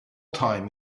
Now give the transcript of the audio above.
time